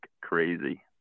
crazy